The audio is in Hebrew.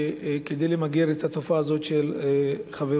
כדי למגר את התופעה הזאת של חברות,